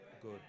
Good